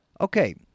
okay